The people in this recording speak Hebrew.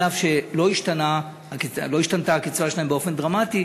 אף שלא השתנתה הקצבה שלהם באופן דרמטי,